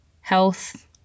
health